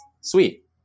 Sweet